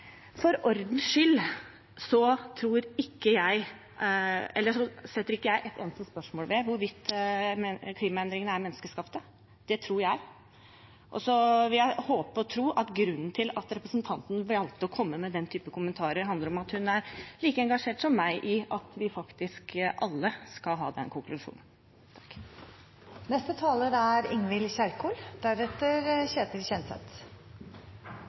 For ordens skyld setter ikke jeg et eneste spørsmålstegn ved hvorvidt klimaendringene er menneskeskapte. Det tror jeg. Så vil jeg håpe og tro at grunnen til at representanten valgte å komme med den typen kommentarer, handler om at hun er like engasjert som meg i at vi faktisk alle skal ha den konklusjonen.